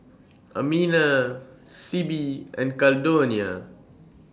Amina Sibbie and Caldonia